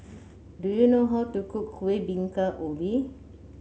do you know how to cook Kuih Bingka Ubi